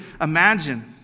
imagine